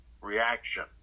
reaction